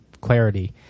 clarity